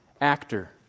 actor